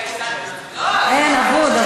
אין, אבוד.